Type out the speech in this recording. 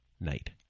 night